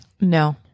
no